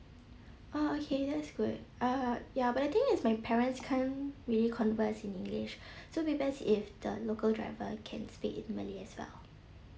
oh okay that's good uh ya but the thing is my parents can't really converse in english so it'd be best if the local driver can speak in malay as well